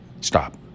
Stop